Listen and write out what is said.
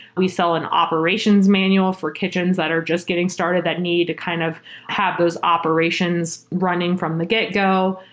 we sell an operations manual for kitchens that are just getting started that need to kind of have those operations running from the get-go.